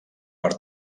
per